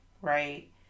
right